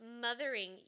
mothering